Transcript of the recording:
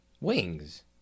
Wings